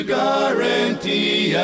guarantee